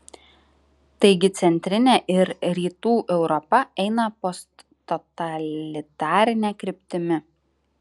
taigi centrinė ir rytų europa eina posttotalitarine kryptimi